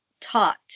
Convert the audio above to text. taught